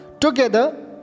Together